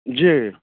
जी